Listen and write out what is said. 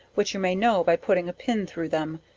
which you may know by putting a pin through them,